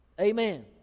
Amen